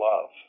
love